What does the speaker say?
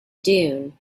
dune